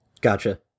Gotcha